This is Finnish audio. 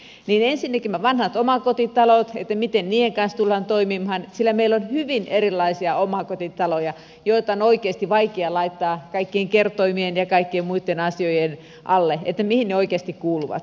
ensinnäkin se miten näiden vanhojen omakotitalojen kanssa tullaan toimimaan sillä meillä on hyvin erilaisia omakotitaloja joita on oikeasti vaikea laittaa kaikkien kertoimien ja kaikkien muitten asioiden alle että mihin ne oikeasti kuuluvat